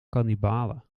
kannibalen